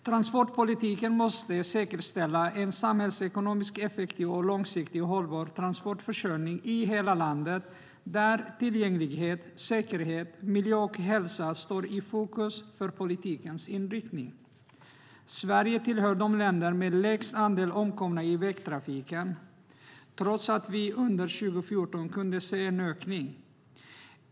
Transportpolitiken måste säkerställa en samhällsekonomiskt effektiv och långsiktig, hållbar transportförsörjning i hela landet där tillgänglighet, säkerhet, miljö och hälsa står i fokus för politikens inriktning. Sverige tillhör de länder med lägst andel omkomna i vägtrafiken, trots att vi kunde se en ökning under 2014.